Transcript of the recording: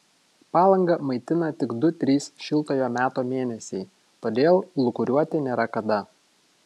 palangą maitina tik du trys šiltojo meto mėnesiai todėl lūkuriuoti nėra kada